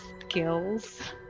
skills